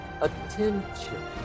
attention